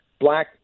black